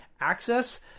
access